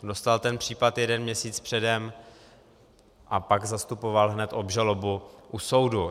Dostal ten případ jeden měsíc předem a pak zastupoval hned obžalobu u soudu.